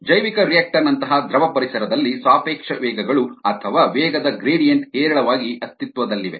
ಜೈವಿಕರಿಯಾಕ್ಟರ್ ನಂತಹ ದ್ರವ ಪರಿಸರದಲ್ಲಿ ಸಾಪೇಕ್ಷ ವೇಗಗಳು ಅಥವಾ ವೇಗದ ಗ್ರೇಡಿಯಂಟ್ ಹೇರಳವಾಗಿ ಅಸ್ತಿತ್ವದಲ್ಲಿವೆ